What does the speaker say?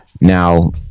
Now